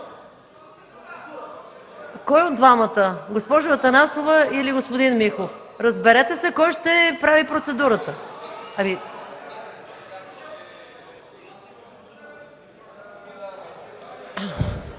Кой от двамата – госпожа Атанасова или господин Михов? Разберете се кой ще прави процедурата.